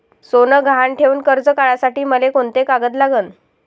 सोनं गहान ठेऊन कर्ज काढासाठी मले कोंते कागद लागन?